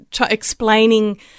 explaining